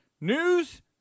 News